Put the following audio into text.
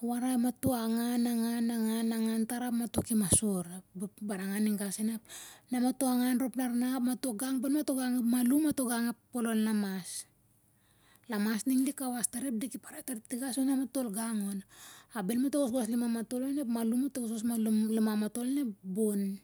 awarai mato angan angan angan angan tar mato ki masur ap ep barangan niga sen ap namato angan rop ralna mato gang bel mato gang ep malum mato gang ep polon tamas, lamas ring di kawas tari ap diki parai tari tiga suna matol gang on ap bel mato gosgos liman matol onep malum mato gosgos nalum lik limam matol onep bon.